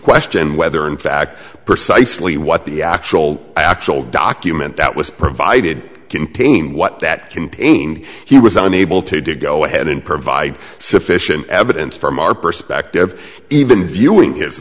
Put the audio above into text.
questioned whether in fact precisely what the actual actual document that was provided containing what that contained he was unable to do go ahead and provide sufficient evidence from our perspective even viewing his